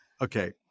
Okay